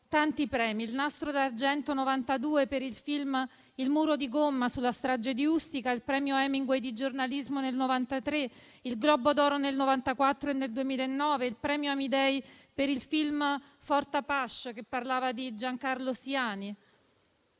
tanti premi: il Nastro d'Argento nel 1992 per il film «Il muro di gomma» sulla strage di Ustica, il premio Hemingway di giornalismo nel 1993, il Globo d'Oro nel 1994 e nel 2009, il premio Amidei per il film «Fortapàsc», che parlava di Giancarlo Siani.